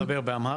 אתה מדבר באמהרית?